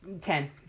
Ten